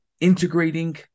integrating